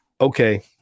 Okay